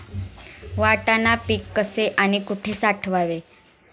वाटाणा पीक कसे आणि कुठे साठवावे?